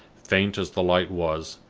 faint as the light was,